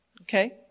Okay